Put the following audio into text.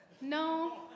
No